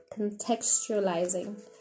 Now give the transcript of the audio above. Contextualizing